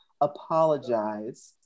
apologize